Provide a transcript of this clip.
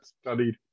studied